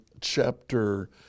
chapter